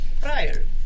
prior